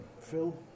Phil